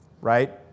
right